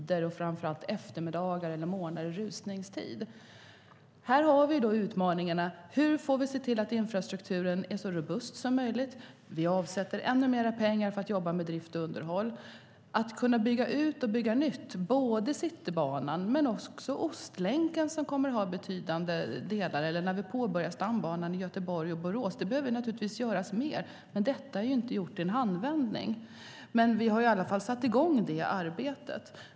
Det gäller framför allt eftermiddagar eller morgnar, i rusningstid. Här har vi utmaningarna - Hur ser vi till att infrastrukturen är så robust som möjligt? Vi avsätter ännu mer pengar för att jobba med drift och underhåll samt att kunna bygga ut och bygga nytt. Det gäller inte bara Citybanan utan också Ostlänken, som kommer att ha betydande delar. Det gäller även när vi påbörjar stambanan i Göteborg och Borås. Det behöver naturligtvis göras mer, men detta är inte gjort i en handvändning. Vi har dock i alla fall satt i gång det arbetet.